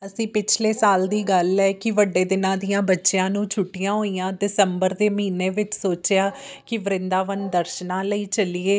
ਅਸੀਂ ਪਿਛਲੇ ਸਾਲ ਦੀ ਗੱਲ ਹੈ ਕਿ ਵੱਡੇ ਦਿਨਾਂ ਦੀਆਂ ਬੱਚਿਆਂ ਨੂੰ ਛੁੱਟੀਆਂ ਹੋਈਆਂ ਦਸੰਬਰ ਦੇ ਮਹੀਨੇ ਵਿੱਚ ਸੋਚਿਆ ਕਿ ਵਰਿੰਦਾਵਨ ਦਰਸ਼ਨਾਂ ਲਈ ਚੱਲੀਏ